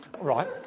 right